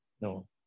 No